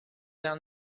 down